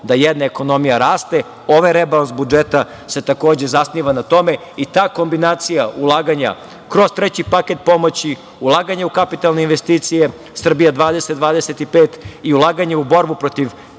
da jedna ekonomija raste. Ovaj rebalans budžeta se takođe zasniva na tome i ta kombinacija ulaganja kroz treći paket pomoći, ulaganje u kapitalne investicije „Srbija 2025“ i ulaganje u borbu protiv